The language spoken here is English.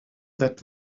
that